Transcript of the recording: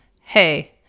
Hey